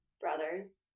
brothers